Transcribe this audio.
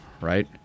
Right